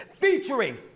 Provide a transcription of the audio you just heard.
featuring